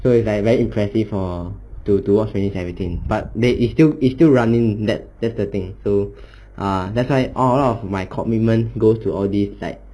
so it's like very impressive for to to watch watch really everything but it's still it's still running that that's the thing so err that's why all of my commitment goes to all these like